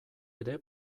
ere